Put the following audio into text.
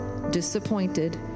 Disappointed